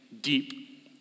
deep